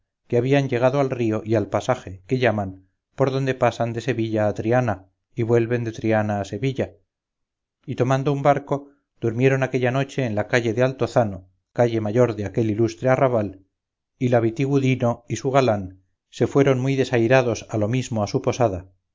que habían llegado al río y al pasaje que llaman por donde pasan de sevilla a triana y vuelven de triana a sevilla y tomando un barco durmieron aquella noche en la calle del altozano calle mayor de aquel ilustre arrabal y la vitigudino y su galán se fueron muy desairados a lo mismo a su posada